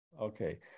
Okay